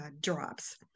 drops